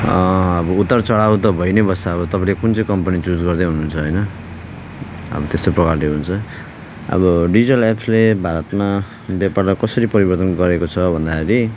अब उतारचढाउ त भई नै बस्छ अब तपाईँले कुन चाहिँ कम्पनी चुज गर्दै हुनुहुन्छ होइन अब त्यस्तो प्रकारले हुन्छ अब डिजिटल एप्सले भारतमा व्यापारमा कसरी परिवर्तन गरेको छ भन्दाखेरि